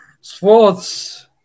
Sports